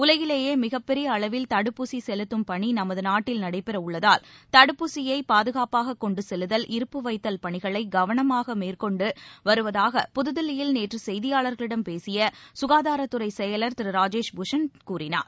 உலகிலேயே மிகப்பெரிய அளவில் தடுப்பூசி செலுத்தும் பணி நமது நாட்டில் நடைபெறவுள்ளதால் தடுப்பூசியை பாதுகாப்பாக கொன்டு செல்லுதல் இருப்புவைத்தல் பணிகளை கவனமாக மேற்கொள்ளப்பட்டு வருவதாக புதுதில்லியில் நேற்று செய்தியாளர்களிடம் பேசிய சுகாதாரத்துறை செயலர் திரு ராஜேஷ் பூஷன் கூறினார்